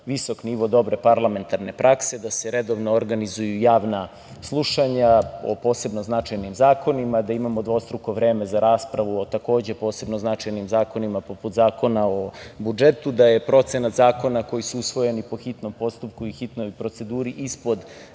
visok nivo dobre parlamentarne prakse da se redovno organizuju javna slušanja o posebno značajnim zakonima, da imamo dvostruko vreme za raspravu o takođe posebno značajnim zakonima poput Zakona o budžetu, da je procenat zakona koji su usvojeni po hitnom postupku i hitnoj proceduru ispod